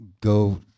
go